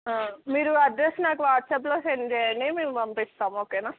మీరు అడ్రస్ నాకు వాట్సాప్లో సెండ్ చేయండి మేము పంపిస్తాము ఓకే